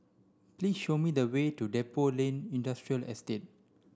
please show me the way to Depot Lane Industrial Estate